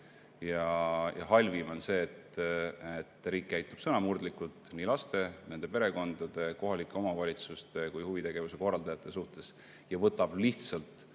Halvim on see, et riik käitub sõnamurdlikult nii laste, nende perekondade, kohalike omavalitsuste kui ka huvitegevuse korraldajate suhtes ja võtab lihtsalt